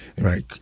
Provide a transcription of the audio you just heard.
right